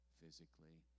physically